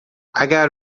اگر